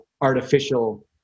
artificial